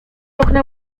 okna